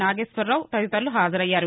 నాగేశ్వరరావు తదితరులు హాజరయ్యారు